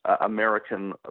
American